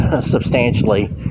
substantially